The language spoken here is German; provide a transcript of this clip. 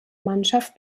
mannschaft